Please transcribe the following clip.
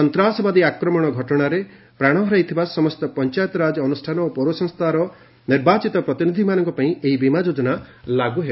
ସନ୍ତାସବାଦୀ ଆକ୍ରମଣ ଘଟଣାରେ ମୃତ୍ୟୁବରଣ କର୍ଥିବା ସମସ୍ତ ପଞ୍ଚାୟତିରାଜ ଅନୁଷ୍ଠାନ ଓ ପୌରସଂସ୍କାର ନିର୍ବାଚିତ ପ୍ରତିନିଧିମାନଙ୍କ ପାଇଁ ଏହି ବୀମା ଯୋଜନା ଲାଗୁ ହେବ